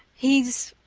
he's.